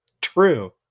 True